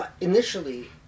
initially